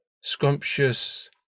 scrumptious